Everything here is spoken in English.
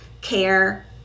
care